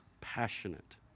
passionate